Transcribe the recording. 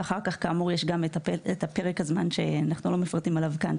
ואחר כך כאמור יש את פרק הזמן שאנחנו לא מפרטים עליו כאן,